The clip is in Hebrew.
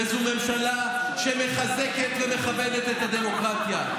זו ממשלה שמחזקת ומכבדת את הדמוקרטיה.